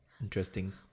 interesting